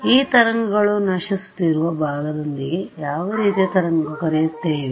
ಈ ತರಂಗಳು ನಶಿಸುತ್ತಿರುವ ಭಾಗದೊಂದಿಗೆ ಯಾವ ರೀತಿಯ ತರಂಗಗಳು ಕರೆಯುತ್ತೇವೆ